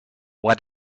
why